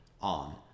on